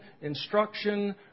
instruction